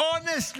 אונס נשים,